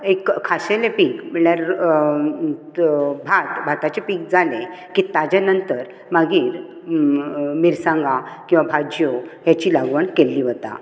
एक खाशेलें पीक म्हळ्यार भात भाताचे पीक जालें की ताचे नंतर मागीर मिरसांगा किंवा भाज्यो हेची लागवण केली वता